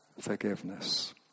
forgiveness